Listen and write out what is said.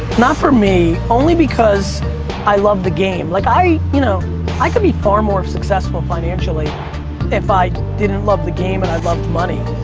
not for me only because i love the game. like i you know i could be far more successful financially if i didn't love the game and i loved money.